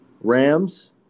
Rams